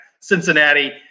Cincinnati